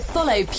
Follow